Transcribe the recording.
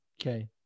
Okay